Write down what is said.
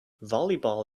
volleyball